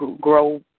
grow